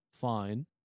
fine